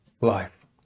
life